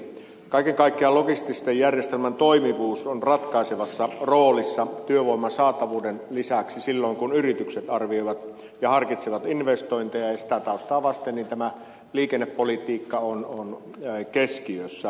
kaiken kaikkiaan logististen järjestelmien toimivuus on ratkaisevassa roolissa työvoiman saatavuuden lisäksi silloin kun yritykset arvioivat ja harkitsevat investointeja ja sitä taustaa vasten tämä liikennepolitiikka on keskiössä